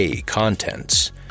Contents